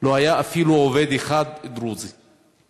לא היה אפילו עובד דרוזי אחד.